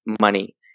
money